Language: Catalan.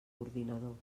ordinador